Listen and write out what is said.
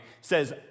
says